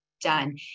done